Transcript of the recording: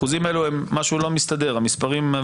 משהו לא מסתדר עם האחוזים האלה.